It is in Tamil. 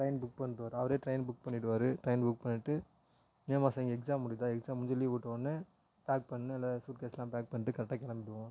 ட்ரைன் புக் பண்ணிவிடுவாரு அவரே ட்ரைன் புக் பண்ணிவிடுவாரு ட்ரைன் புக் பண்ணிவிட்டு மே மாதம் இங்கே எக்ஸாம் முடியுதா எக்ஸாம் முடிஞ்சு லீவ் விட்ட உடனே பேக் பண்ணலை சூட்கேஸெல்லாம் பேக் பண்ணிவிட்டு கரெட்டாக கிளம்பிடுவோம்